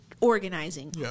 organizing